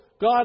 God